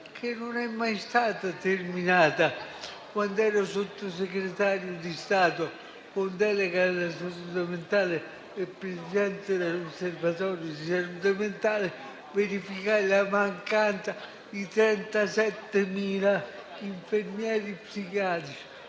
che non è mai stata terminata. Quando ero Sottosegretario di Stato con delega alla salute mentale e presidente dell'Osservatorio di salute mentale, verificai la mancanza di 37.000 infermieri psichiatrici.